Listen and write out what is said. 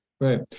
right